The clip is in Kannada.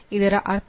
ಇದರ ಅರ್ಥ